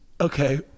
Okay